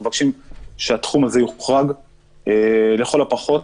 שהתחום הזה יוחרג לכל הפחות,